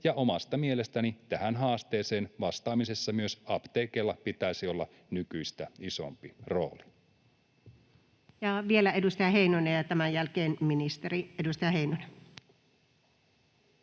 ja omasta mielestäni tähän haasteeseen vastaamisessa myös apteekeilla pitäisi olla nykyistä isompi rooli. Vielä edustaja Heinonen, ja tämän jälkeen ministeri. — Edustaja Heinonen.